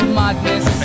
madness